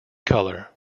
color